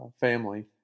family